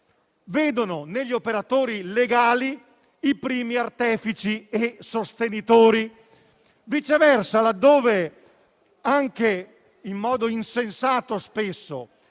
vedono negli operatori legali i primi artefici e sostenitori. Viceversa, laddove, spesso anche in modo insensato, le